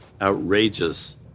outrageous